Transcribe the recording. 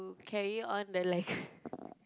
carry on the lega~